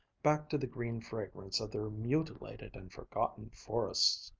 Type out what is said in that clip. back to the green fragrance of their mutilated and forgotten forests.